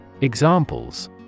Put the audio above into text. Examples